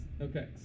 Okay